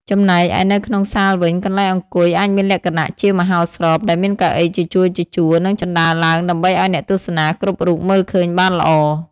ចំណែកឯនៅក្នុងសាលវិញ កន្លែងអង្គុយអាចមានលក្ខណៈជាមហោស្រពដែលមានកៅអីជាជួរៗ និងជណ្តើរឡើងដើម្បីឱ្យអ្នកទស្សនាគ្រប់រូបមើលឃើញបានល្អ។